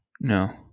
No